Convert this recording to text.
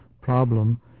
problem